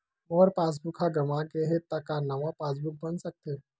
मोर passbook ह गंवा गे हे त का नवा पास बुक बन सकथे?